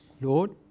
Lord